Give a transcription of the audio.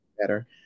better